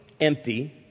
empty